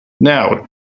Now